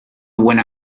buena